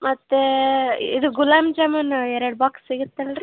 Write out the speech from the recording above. ಮತ್ತೇ ಇದು ಗುಲಾಮ್ ಜಾಮೂನ್ ಎರಡು ಬಾಕ್ಸ್ ಸಿಗುತ್ತಲ್ರಿ